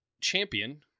champion